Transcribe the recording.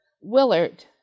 Willard